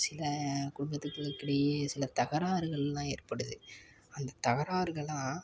சில குடும்பத்துகளுக்கிடையே சில தகராறுகள்லாம் ஏற்படுது அந்த தகராறுகள்லாம்